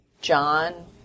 John